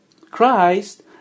Christ